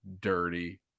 dirty